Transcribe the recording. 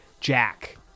jack